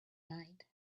night